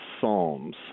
psalms